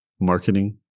marketing